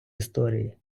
історії